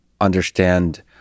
understand